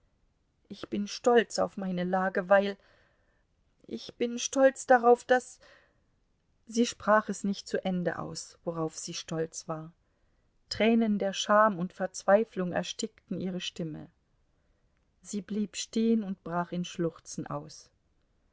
ich bin stolz auf meine lage weil ich bin stolz darauf daß sie sprach es nicht zu ende aus worauf sie stolz war tränen der scham und verzweiflung erstickten ihre stimme sie blieb stehen und brach in schluchzen aus